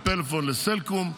מפלאפון לסלקום,